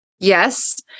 Yes